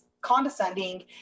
condescending